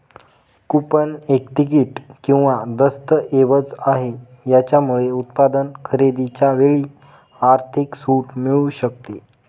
coupon एक तिकीट किंवा दस्तऐवज आहे, याच्यामुळे उत्पादन खरेदीच्या वेळी आर्थिक सूट मिळू शकते